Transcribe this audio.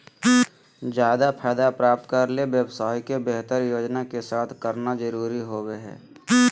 ज्यादा फायदा प्राप्त करे ले व्यवसाय के बेहतर योजना के साथ करना जरुरी होबो हइ